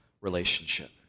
relationship